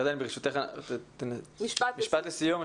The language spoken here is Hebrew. משפט לסיום.